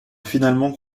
finalement